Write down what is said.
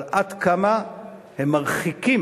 אבל עד כמה הם מרחיקים